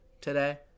today